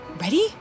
Ready